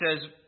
says